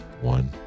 One